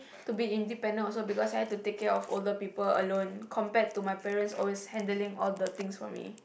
to be independent also because I have to take care of older people alone compared to my parents always handling all the things for me